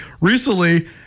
recently